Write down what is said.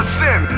sin